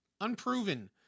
unproven